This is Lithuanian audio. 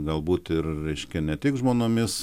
galbūt ir reiškia ne tik žmonomis